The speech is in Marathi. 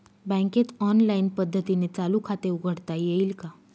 बँकेत ऑनलाईन पद्धतीने चालू खाते उघडता येईल का?